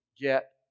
get